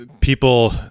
people